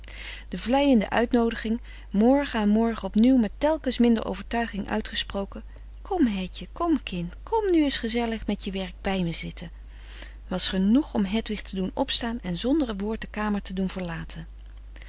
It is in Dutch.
de vleiende uitnoodiging morgen aan morgen op nieuw met telkens minder overtuiging uitgesproken kom hetje kom kind kom frederik van eeden van de koele meren des doods nu eens gezellig met je werk bij me zitten was genoeg om hedwig te doen opstaan en zonder een woord de kamer te doen verlaten